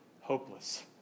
hopeless